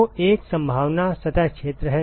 तो एक संभावना सतह क्षेत्र है